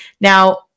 Now